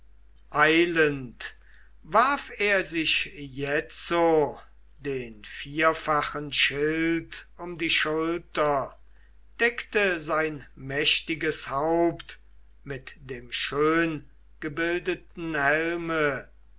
eilend warf er sich jetzo den vierfachen schild um die schulter deckte sein mächtiges haupt mit dem schöngebildeten helme